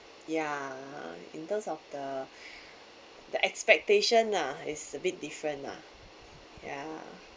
ya in terms of the the the expectation lah is a bit different lah ya